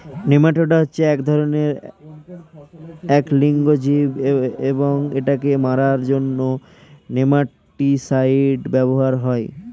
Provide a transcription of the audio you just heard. nematoda হচ্ছে এক ধরণের এক লিঙ্গ জীব এবং এটাকে মারার জন্য নেমাটিসাইড ব্যবহৃত হয়